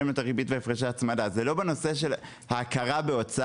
את הריבית והפרשי ההצמדה; זה לא קשור לנושא של ההכרה בהוצאה.